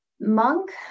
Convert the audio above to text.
monk